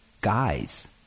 guys